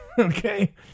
Okay